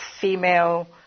female